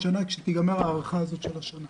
כשתיגמר ההארכה של השנה.